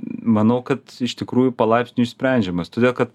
manau kad iš tikrųjų palaipsniui išsprendžiamas todėl kad